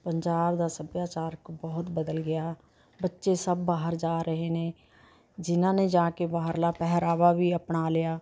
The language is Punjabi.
ਪੰਜਾਬ ਦਾ ਸੱਭਿਆਚਾਰਕ ਬਹੁਤ ਬਦਲ ਗਿਆ ਬੱਚੇ ਸਭ ਬਾਹਰ ਜਾ ਰਹੇ ਨੇ ਜਿਨ੍ਹਾਂ ਨੇ ਜਾ ਕੇ ਬਾਹਰਲਾ ਪਹਿਰਾਵਾ ਵੀ ਅਪਣਾ ਲਿਆ